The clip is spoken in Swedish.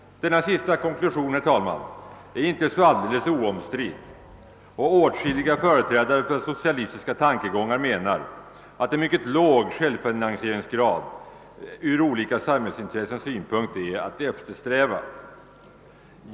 Denna sista konklusion är icke så alldeles oomstridd, och åtskilliga företrädare för socialistiska tankegångar menar, att en mycket låg självfinansieringsgrad från olika samhällsintressens synpunkt är att eftersträva.